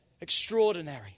extraordinary